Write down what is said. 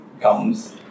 comes